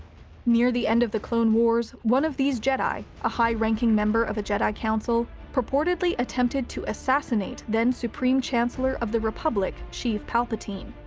near the end of the clone wars, one of these jedi, a high-ranking member of a jedi council, purportedly attempted to assassinate then supreme chancellor of the republic, sheev palpatine.